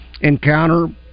encounter